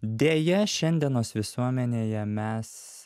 deja šiandienos visuomenėje mes